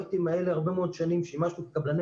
הרבה מאוד שנים שימשנו בפרויקטים האלה כקבלני